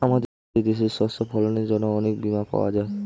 আমাদের দেশে শস্য ফসলের জন্য অনেক বীমা পাওয়া যায়